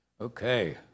Okay